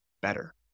better